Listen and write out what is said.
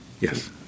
Yes